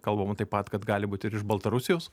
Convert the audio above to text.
kalbama taip pat kad gali būti ir iš baltarusijos